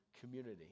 community